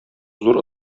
зур